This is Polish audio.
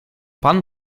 pan